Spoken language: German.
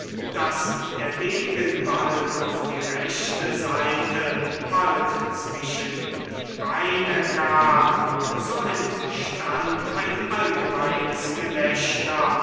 daß der degen bald auf die rechte seite bald zwischen die beine kam so entstand ein allgemeines gelächter